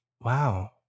Wow